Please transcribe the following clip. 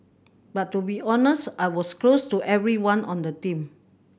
but to be honest I was close to everyone on the team